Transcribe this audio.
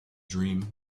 dream